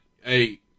hey